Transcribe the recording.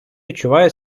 відчуває